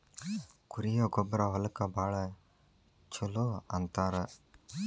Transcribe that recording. ಕುರಿಯ ಗೊಬ್ಬರಾ ಹೊಲಕ್ಕ ಭಾಳ ಚುಲೊ ಅಂತಾರ